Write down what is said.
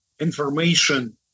information